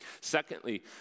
Secondly